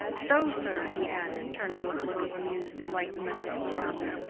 so, sir, he added, turning with a look of amused enlightenment to deronda,